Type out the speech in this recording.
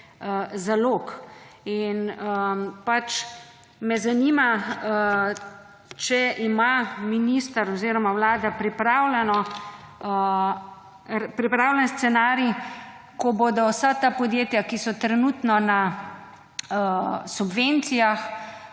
zalog. In pač me zanima če ima minister oziroma vlada pripravljen scenarij ko bodo vsa ta podjetja, ki so trenutno na subvencijah,